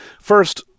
First